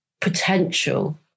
potential